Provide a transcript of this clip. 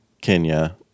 Kenya